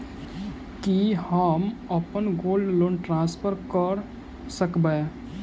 की हम अप्पन gold loan transfer करऽ सकबै?